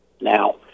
Now